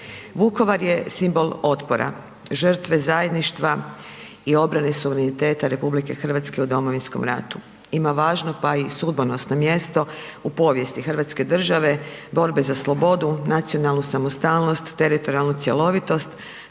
Vukovar je simbol otpora, žrtve zajedništva i obrane suvereniteta RH u Domovinskom ratu. Ima važno pa i sudbonosno mjesto u povijesti Hrvatske države, borbe za slobodu, nacionalnu samostalnost, teritorijalnu cjelovitost